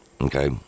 okay